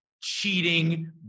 cheating